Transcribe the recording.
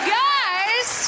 guys